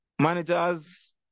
managers